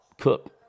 Cook